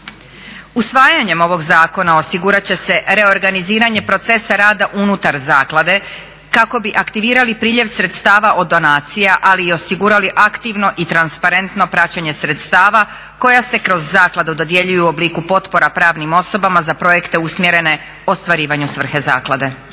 Usvajanjem ovog zakona osigurat će se reorganiziranje procesa rada unutar zaklade kako bi aktivirali priljev sredstava od donacija, ali i osigurali aktivno i transparentno praćenje sredstava koja se kroz zakladu dodjeljuju u obliku potpora pravnim osobama za projekte usmjerenje ostvarivanju svrhe zaklade.